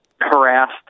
harassed